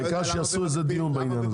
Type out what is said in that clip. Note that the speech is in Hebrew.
העיקר שיעשו דיון בעניין הזה.